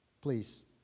please